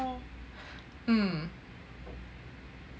mm